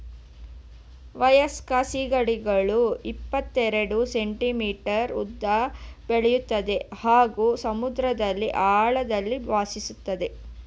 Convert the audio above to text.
ವಯಸ್ಕ ಸೀಗಡಿಗಳು ಇಪ್ಪತೆರೆಡ್ ಸೆಂಟಿಮೀಟರ್ ಉದ್ದ ಬೆಳಿತದೆ ಹಾಗೂ ಸಮುದ್ರದ ಆಳದಲ್ಲಿ ವಾಸಿಸ್ತದೆ